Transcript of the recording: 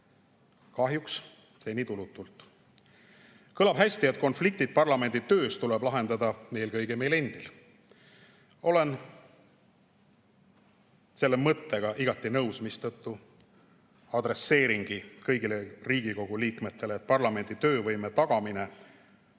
kahjuks seni tulutult. Kõlab hästi, et konfliktid parlamendi töös tuleb lahendada eelkõige meil endil. Olen selle mõttega igati nõus, mistõttu adresseeringi kõigile Riigikogu liikmetele: parlamendi töövõime tagamine on